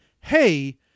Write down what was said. hey